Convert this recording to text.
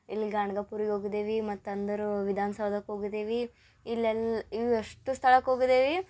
ಇಲ್ಲಿ ಗಾಣ್ಗಾಪುರಿಗೆ ಹೋಗಿದೇವಿ ಮತ್ತು ಅಂದರೆ ವಿಧಾನ ಸೌದಕ್ಕೆ ಹೋಗಿದೇವಿ ಇಲ್ಲೆಲ್ಲ ಇವು ಎಷ್ಟು ಸ್ಥಳಕ್ಕೆ ಹೋಗಿದೇವಿ